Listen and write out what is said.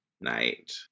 night